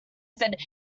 said